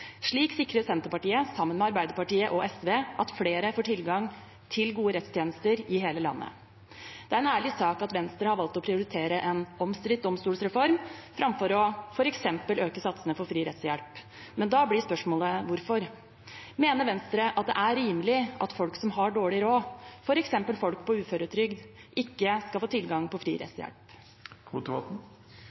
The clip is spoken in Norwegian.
Slik sikrer Senterpartiet sammen med Arbeiderpartiet og SV at flere får tilgang til gode rettstjenester i hele landet. Det er en ærlig sak at Venstre har valgt å prioritere en omstridt domstolsreform framfor f.eks. å øke satsene på fri rettshjelp. Men da blir spørsmålet: Hvorfor? Mener Venstre at det er rimelig at folk som har dårlig råd, f.eks. folk på uføretrygd, ikke skal få tilgang på